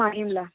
माहिमला